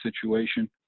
situation